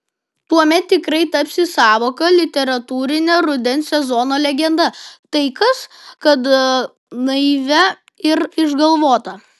tuomet tikrai tapsi sąvoka literatūrine rudens sezono legenda tai kas kad naivia ir išgalvota